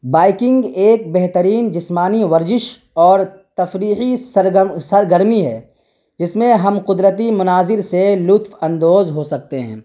biking ایک بہترین جسمانی ورزش اور تفریحی سرگرمی ہے جس میں ہم قدرتی مناظر سے لطف اندوز ہو سکتے ہیں